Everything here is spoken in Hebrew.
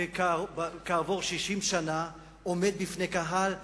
וכעבור 60 שנה עומד לפני קהל,